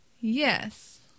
Yes